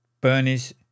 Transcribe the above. Bernie's